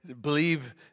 believe